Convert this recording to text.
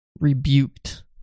rebuked